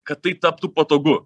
kad tai taptų patogu